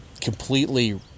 completely